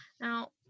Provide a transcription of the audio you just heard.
Now